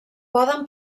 poden